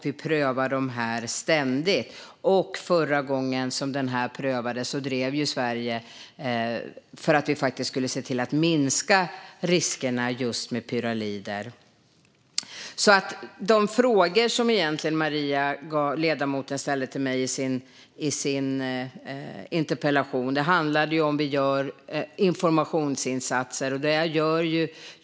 Vi prövar dem ständigt, och förra gången detta prövades drev Sverige att vi faktiskt skulle se till att minska riskerna med just pyralider. De frågor som ledamoten Gardfjell ställde till mig i sin interpellation handlade egentligen om huruvida vi gör informationsinsatser.